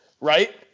right